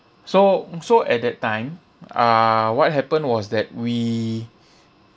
so so at that time uh what happened was that we